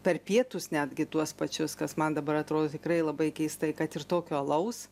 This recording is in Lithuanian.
per pietus netgi tuos pačius kas man dabar atrodo tikrai labai keista kad ir tokio alaus